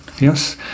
Yes